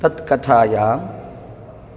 तत्कथायां